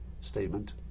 statement